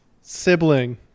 sibling